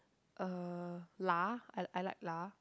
uh lah I I like lah